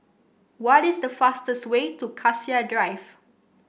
what is the fastest way to Cassia Drive